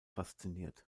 fasziniert